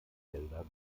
gelder